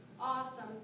Awesome